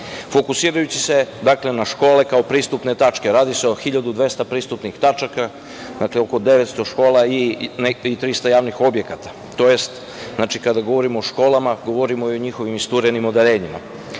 fokusirajući se na škole kao pristupne tačke. Radi se o 1.200 pristupnih tačaka, dakle oko 900 škola i 300 javnih objekata. Znači, kada govorimo o školama, govorimo i o njihovim isturenim